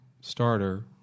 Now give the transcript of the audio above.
starter